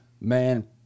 Man